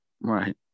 Right